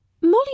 Molly